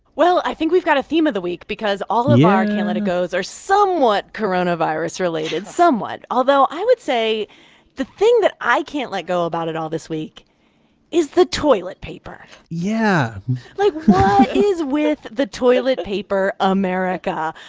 well, i think we've got a theme of the week because all um our. yeah. can't let it gos are somewhat coronavirus-related somewhat although i would say the thing that i can't let go about at all this week is the toilet paper yeah like, what is with the toilet paper, america?